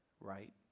right